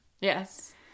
Yes